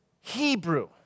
Hebrew